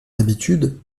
habitude